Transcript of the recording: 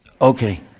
Okay